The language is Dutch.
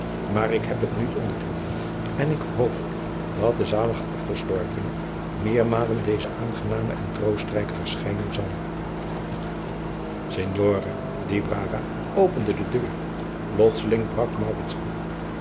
maar ik heb het nu ondervonden en ik hoop dat de zalige afgestorvene meermalen deze aangename en troostrijke verschijning zal signore di braga opende de deur plotseling brak maurits af